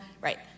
Right